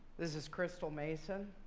this is crystal mason.